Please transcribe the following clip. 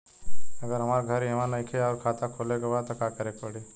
अगर हमार घर इहवा नईखे आउर खाता खोले के बा त का करे के पड़ी?